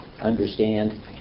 understand